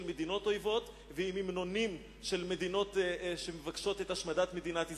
מדינות אויבות ועם המנונים של מדינות שמבקשות את השמדת מדינת ישראל.